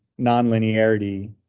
nonlinearity